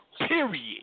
Period